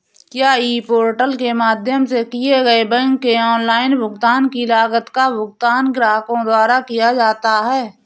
क्या e portal के माध्यम से किए गए बैंक के ऑनलाइन भुगतान की लागत का भुगतान ग्राहकों द्वारा किया जाता है?